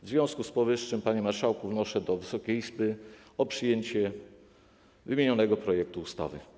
W związku z powyższym, panie marszałku, wnoszę do Wysokiej Izby o przyjęcie wymienionego projektu ustawy.